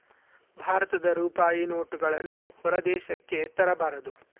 ಭಾರತದ ರೂಪಾಯಿ ನೋಟುಗಳನ್ನು ಹೊರ ದೇಶಕ್ಕೆ ತರಬಾರದು